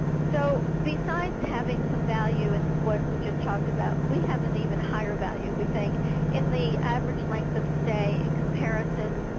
so, besides having some value in what we talked about, we have an even higher value we think in the average length of stay in comparison